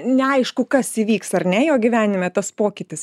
neaišku kas įvyks ar ne jo gyvenime tas pokytis